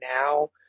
now